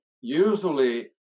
usually